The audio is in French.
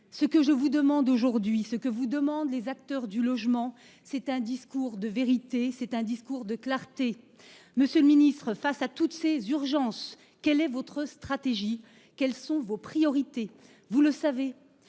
Ce que je vous demande aujourd’hui, ce que vous demandent les acteurs du logement, c’est un discours de vérité, un discours de clarté. Monsieur le ministre, face à toutes ces urgences, quelle est votre stratégie ? Quelles sont vos priorités ? Vous le savez,